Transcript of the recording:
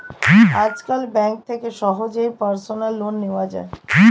আজকাল ব্যাঙ্ক থেকে সহজেই পার্সোনাল লোন নেওয়া যায়